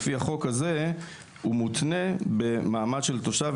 לפי החוק הזה הוא מותנה במעמד של תושב